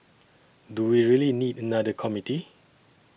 do we really need another committee